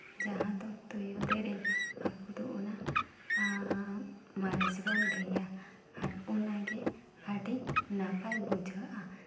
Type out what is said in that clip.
ᱡᱟᱦᱟᱸ ᱫᱚ ᱛᱩᱭᱩ ᱫᱮᱨᱮᱧ ᱟᱵᱚ ᱫᱚ ᱚᱱᱟ ᱢᱟᱹᱨᱤᱪ ᱵᱚᱱ ᱞᱟᱹᱭᱟ ᱟᱨ ᱚᱱᱟᱜᱮ ᱟᱹᱰᱤ ᱱᱟᱯᱟᱭ ᱵᱩᱡᱷᱟᱹᱜᱼᱟ